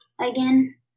again